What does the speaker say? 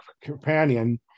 companion